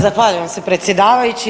Zahvaljujem se predsjedavajući.